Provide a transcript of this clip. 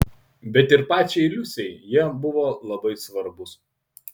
bet ir pačiai liusei jie buvo labai svarbūs